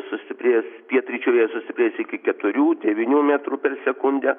sustiprės pietryčių vėjas sustiprės iki keturių devynių metrų per sekundę